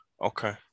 okay